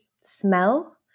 smell